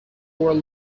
oral